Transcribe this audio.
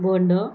बोंडं